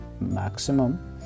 maximum